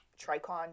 Tricon